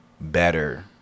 better